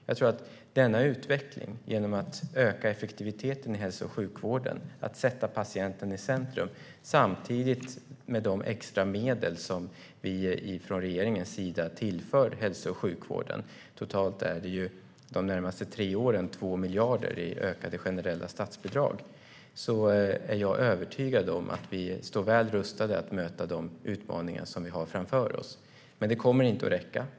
Jag tror att denna utveckling är bra. Man ökar effektiviteten i hälso och sjukvården och sätter patienten i centrum samtidigt som vi från regeringens sida tillför extra medel till hälso och sjukvården. Totalt är det för de närmaste tre åren 2 miljarder i ökade generella statsbidrag. Jag är övertygad om att vi i och med detta står väl rustade att möta de utmaningar som vi har framför oss. Det kommer dock inte att räcka.